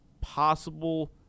possible